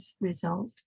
result